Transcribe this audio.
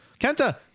Kenta